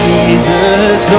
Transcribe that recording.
Jesus